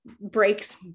breaks